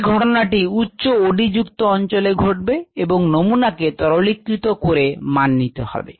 এই ঘটনাটি উচ্চ OD যুক্ত অঞ্চলে ঘটবে এবং নমুনা কে তরলীকৃত করে মান নিতে হবে